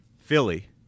Philly